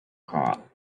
caught